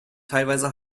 teilweise